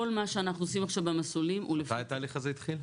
כל מה שאנחנו עושים עכשיו במסלולים הוא לפי --- מתי התהליך הזה התחיל?